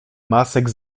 masek